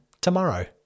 tomorrow